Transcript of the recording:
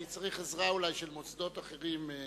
אני צריך עזרה, אולי של מוסדות אחרים.